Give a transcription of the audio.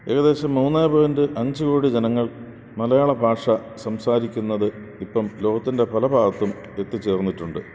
ഏകദേശം മൂന്ന് പോയിൻറ്റ് അഞ്ച് കോടി ജനങ്ങൾ മലയാള ഭാഷ സംസാരിക്കുന്നത് ഇപ്പോള് ലോകത്തിൻ്റെ പല ഭാഗത്തും എത്തിച്ചേർന്നിട്ടുണ്ട്